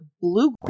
blue